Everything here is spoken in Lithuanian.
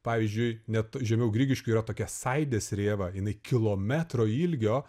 pavyzdžiui net žemiau grigiškių yra tokia saidės rėva jinai kilometro ilgio